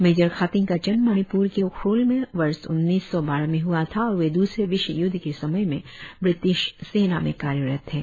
major Khathing का जन्म मणिप्र के उखरुल में वर्ष उन्नीस सौ बारह में हुआ था और वे दूसरे विश्व यूदध के समय में ब्रिटिश सेना में कार्यरत थे